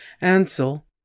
Ansel